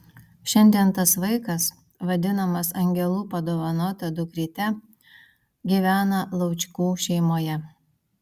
šiandien tas vaikas vadinamas angelų padovanota dukryte gyvena laučkų šeimoje